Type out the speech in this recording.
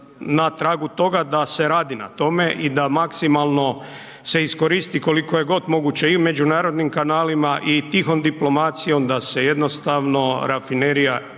na tragu toga da se radi na tome i da maksimalno se iskoristi koliko god je moguće i međunarodnim kanalima i tihom diplomacijom da se jednostavno rafinerija u